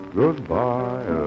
goodbye